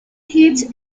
hits